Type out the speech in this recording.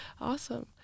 Awesome